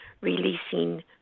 releasing